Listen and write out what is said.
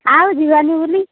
ଆଉ ଯିବାନି ବୁଲି